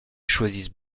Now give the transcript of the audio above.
choisissent